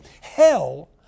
hell